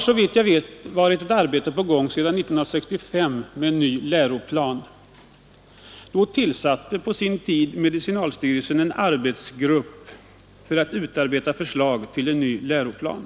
Såvitt jag vet har arbetet med en ny läroplan varit på gång sedan 1965. Då tillsatte medicinalstyrelsen en arbetsgrupp för att utarbeta förslag till en ny läroplan.